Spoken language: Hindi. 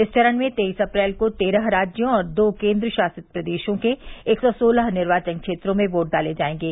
इस चरण में तेईस अप्रैल को तेरह राज्यों और दो केन्द्र शासित प्रदेशों के एक सौ सोलह निर्वाचन क्षेत्रों में वोट डाले जायेंगे